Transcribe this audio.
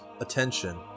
attention